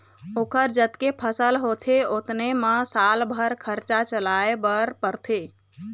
ओखर जतके फसल होथे ओतने म साल भर खरचा चलाए बर परथे